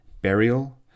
burial